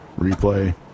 replay